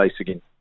again